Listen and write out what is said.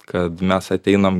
kad mes ateinam